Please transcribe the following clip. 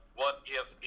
what-if